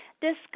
discuss